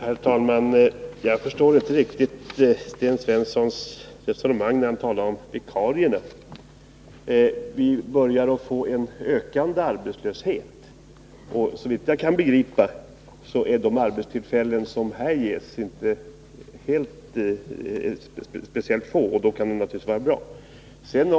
Herr talman! Jag förstår inte riktigt Sten Svenssons resonemang när han talar om vikarierna. Vi börjar få ökande arbetslöshet, och såvitt jag kan begripa är de arbetstillfällen som här ges inte speciellt få, och då kan det naturligtvis vara bra att de finns.